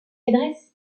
adresse